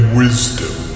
wisdom